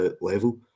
level